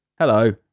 Hello